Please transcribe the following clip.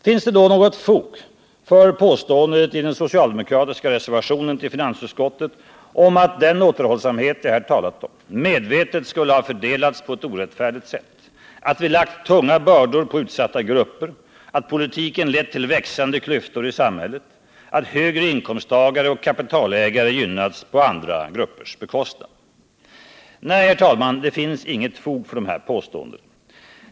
Finns det då något fog för påståendet i den socialdemokratiska reservationen till finansutskottet om att den återhållsamhet som jag här talat om medvetet skulle ha fördelats på ett orättfärdigt sätt, att vi lagt ”tunga bördor på utsatta grupper”, att politiken lett till ”växande klyftor i samhället”, att högre inkomsttagare och kapitalägare gynnats på andra gruppers bekostnad? Nej, herr talman, det finns inget fog för dessa påståenden.